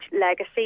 legacy